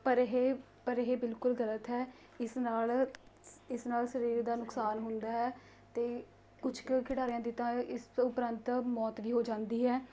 ਪਰ ਇਹ ਪਰ ਇਹ ਬਿਲਕੁਲ ਗਲਤ ਹੈ ਇਸ ਨਾਲ ਇਸ ਨਾਲ ਸਰੀਰ ਦਾ ਨੁਕਸਾਨ ਹੁੰਦਾ ਹੈ ਅਤੇ ਕੁਛ ਕੁ ਖਿਡਾਰੀਆਂ ਦੀ ਤਾਂ ਇਸ ਉਪਰੰਤ ਮੌਤ ਵੀ ਹੋ ਜਾਂਦੀ ਹੈ